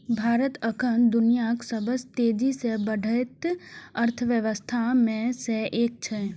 भारत एखन दुनियाक सबसं तेजी सं बढ़ैत अर्थव्यवस्था मे सं एक छै